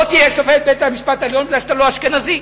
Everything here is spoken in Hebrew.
לא תהיה שופט בבית-המשפט העליון בגלל שאתה לא אשכנזי.